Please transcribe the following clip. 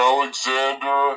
Alexander